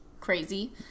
crazy